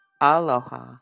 aloha